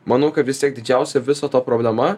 manau kad vis tiek didžiausia viso to problema